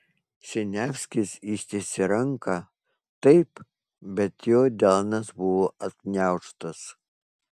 siniavskis ištiesė ranką taip bet jo delnas buvo atgniaužtas